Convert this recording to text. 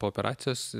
po operacijos